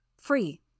free